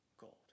gold